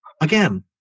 again